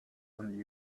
and